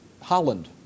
Holland